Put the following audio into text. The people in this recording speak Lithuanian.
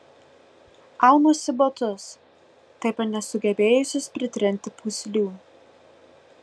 aunuosi batus taip ir nesugebėjusius pritrinti pūslių